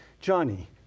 Johnny